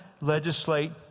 legislate